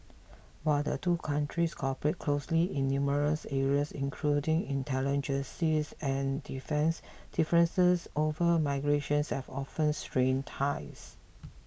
while the two countries cooperate closely in numerous areas including intelligences and defence differences over migrations have often strained ties